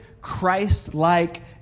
Christ-like